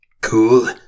cool